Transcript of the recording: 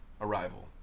Arrival